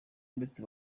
ndetse